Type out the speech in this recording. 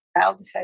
childhood